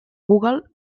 google